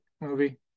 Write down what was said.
movie